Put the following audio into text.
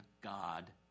God